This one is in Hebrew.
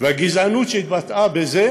והגזענות שהתבטאה בזה